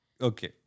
Okay